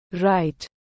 Right